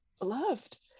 loved